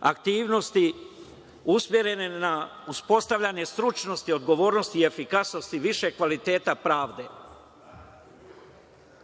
aktivnosti usmerene na uspostavljanje stručnosti i odgovornosti i efikasnosti višeg kvaliteta pravde.